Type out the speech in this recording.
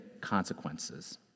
consequences